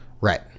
Right